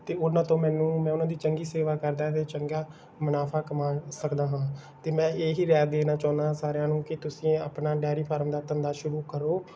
ਅਤੇ ਉਹਨਾਂ ਤੋਂ ਮੈਨੂੰ ਮੈਂ ਉਹਨਾਂ ਦੀ ਚੰਗੀ ਸੇਵਾ ਕਰਦਾ ਅਤੇ ਚੰਗਾ ਮੁਨਾਫਾ ਕਮਾ ਸਕਦਾ ਹਾਂ ਅਤੇ ਮੈਂ ਇਹੀ ਰਾਏ ਦੇਣਾ ਚਾਹੁੰਦਾ ਸਾਰਿਆਂ ਨੂੰ ਕਿ ਤੁਸੀਂ ਆਪਣਾ ਡੈਰੀ ਫਾਰਮ ਦਾ ਧੰਦਾ ਸ਼ੁਰੂ ਕਰੋ